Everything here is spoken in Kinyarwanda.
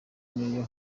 niyo